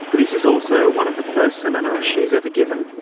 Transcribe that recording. this is also one of the first seminars she has ever given.